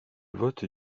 vote